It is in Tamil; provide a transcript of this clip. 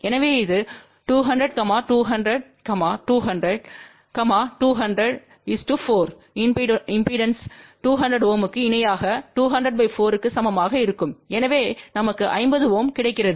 எனவே இது 200 200 200 200 4 இம்பெடன்ஸ்கள் 200 Ω க்கு இணையாக 2004 க்கு சமமாக இருக்கும் எனவே நமக்கு 50 Ω கிடைக்கிறது